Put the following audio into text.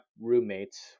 roommates